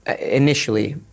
initially